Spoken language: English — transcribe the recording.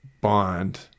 bond